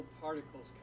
particles